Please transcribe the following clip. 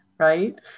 right